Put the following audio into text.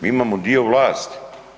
Mi imamo dio vlasti.